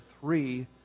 three